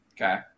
Okay